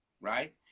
right